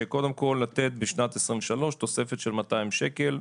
קודם כל לתת בשנת 2023 תוספת של 200 שקלים.